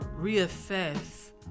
reassess